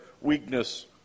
weakness